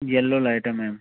yellow light है ma'am